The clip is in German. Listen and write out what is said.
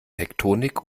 tektonik